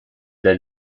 del